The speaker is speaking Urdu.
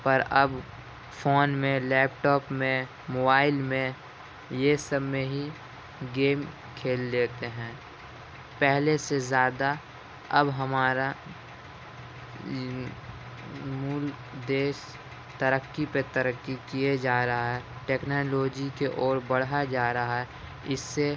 پراب فون میں لیپ ٹاپ میں موائل میں یہ سب میں ہی گیم کھیل لیتے ہیں پہلے سے زیادہ اب ہمارا مول دیش ترقی پہ ترقی کیے جا رہا ہے ٹیکنالوجی کے اور بڑھا جا رہا ہے اس سے